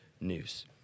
news